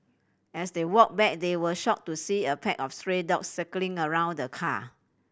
as they walked back they were shocked to see a pack of stray dog circling around the car